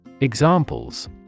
Examples